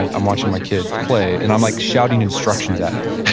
like i'm watching my kid play, and i'm like shouting instructions at him,